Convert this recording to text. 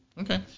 Okay